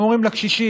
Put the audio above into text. הם אומרים לקשישים: